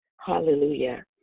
Hallelujah